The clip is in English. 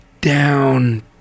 down